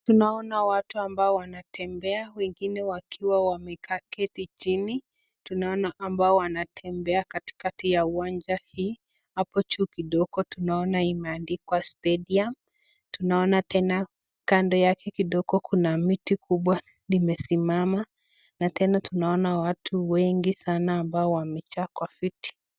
Tunaona watu wanatembea wengine wakiwa wameketi chini tunaona ambao wanatembea katikati ya uwanja hii hapo juu kidogo tunaona imeandikwa stadium. Tunaona tena kando yake kidogo kuna mti kubwa limesimama na tena tunaona watu wengi sana ambao wamejaa kwa viti.